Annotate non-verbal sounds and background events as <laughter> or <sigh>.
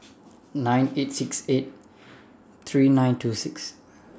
<noise> nine eight six eight three nine two six